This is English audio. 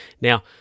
Now